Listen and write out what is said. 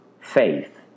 faith